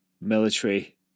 military